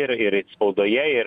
ir ir spaudoje ir